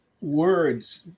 words